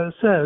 says